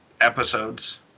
episodes